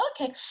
Okay